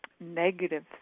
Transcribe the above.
negative